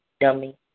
dummy